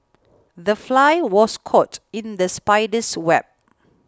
the fly was caught in the spider's web